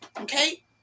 Okay